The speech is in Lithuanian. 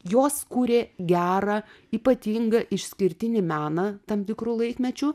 jos kūrė gerą ypatingą išskirtinį meną tam tikru laikmečiu